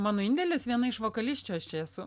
mano indėlis viena iš vokalisčių aš čia esu